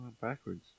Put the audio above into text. Backwards